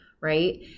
Right